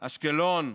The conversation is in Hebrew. אשקלון,